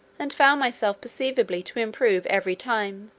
and found myself perceivably to improve every time,